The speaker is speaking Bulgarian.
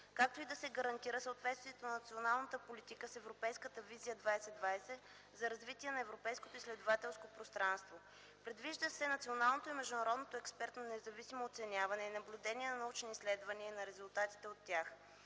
както и да се гарантира съответствието на националната политика с европейската Визия 2020 за развитие на Европейското изследователско пространство. Предвижда се национално и международно експертно независимо оценяване и наблюдение на научните изследвания и на резултатите от тях.